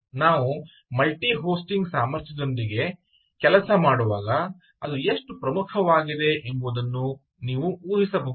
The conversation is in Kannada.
ಆದ್ದರಿಂದ ನಾವು ಮಲ್ಟಿಹೋಸ್ಟಿಂಗ್ ಸಾಮರ್ಥ್ಯದೊಂದಿಗೆ ನೀವು ಕೆಲಸ ಮಾಡುವಾಗ ಅದು ಎಷ್ಟು ಪ್ರಮುಖವಾಗಿದೆ ಎಂಬುದನ್ನು ನೀವು ಊಹಿಸಬಹುದು